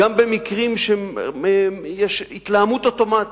גם במקרים שיש התלהמות אוטומטית.